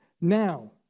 Now